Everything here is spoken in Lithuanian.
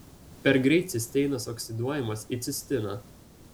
per greit cisteinas oksiduojamas į cistiną